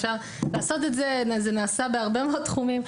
זה נעשה בהרבה מאוד תחומים.